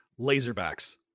laserbacks